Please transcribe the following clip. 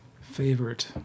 favorite